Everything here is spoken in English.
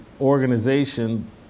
organization